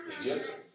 Egypt